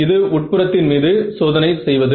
இது உட்புறத்தின் மீது சோதனை செய்வது